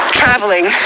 traveling